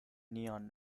neon